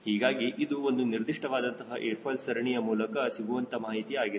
ಹೀಗಾಗಿ ಇದು ಒಂದು ನಿರ್ದಿಷ್ಟ ವಾದಂತಹ ಏರ್ ಫಾಯ್ಲ್ ಸರಣಿಯ ಮೂಲಕ ಸಿಗುವಂತಹ ಮಾಹಿತಿ ಆಗಿದೆ